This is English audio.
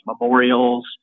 memorials